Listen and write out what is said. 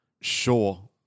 sure